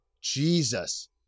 Jesus